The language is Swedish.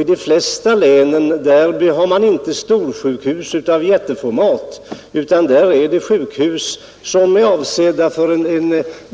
I de flesta länen har man inte sjukhus av jätteformat, utan det är sjukhus avsedda för